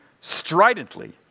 stridently